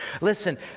Listen